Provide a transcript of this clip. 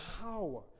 power